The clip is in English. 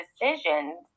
decisions